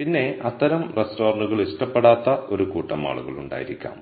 പിന്നെ അത്തരം റെസ്റ്റോറന്റുകൾ ഇഷ്ടപ്പെടാത്ത ഒരു കൂട്ടം ആളുകൾ ഉണ്ടായിരിക്കാം